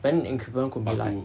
but then the increment could be like